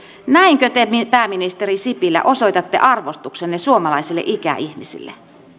näinkö te pääministeri sipilä osoitatte arvostuksenne suomalaisille ikäihmisille